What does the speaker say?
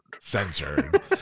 Censored